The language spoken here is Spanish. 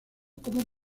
como